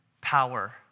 power